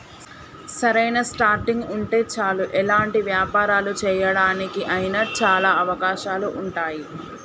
సరైన స్టార్టింగ్ ఉంటే చాలు ఎలాంటి వ్యాపారాలు చేయడానికి అయినా చాలా అవకాశాలు ఉంటాయి